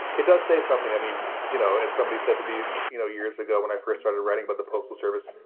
it does say something. i mean, you know, as somebody said to me, you know, years ago when i first started writing about but the postal service,